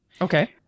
Okay